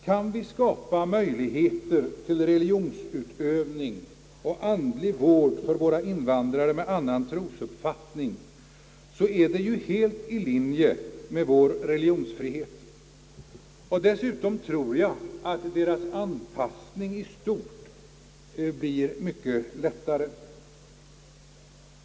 Kan vi skapa möjligheter till religionsutövning och andlig vård för våra invandrare med annan trosuppfattning är det helt i linje med vår religionsfrihet. Dessutom tror jag att deras anpassning i stort blir mycket lättare.